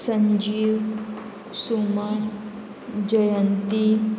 Sanjeev Suman Jayanti